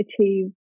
achieve